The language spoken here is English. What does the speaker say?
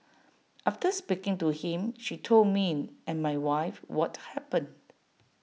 after speaking to him she told me and my wife what happened